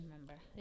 remember